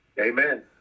Amen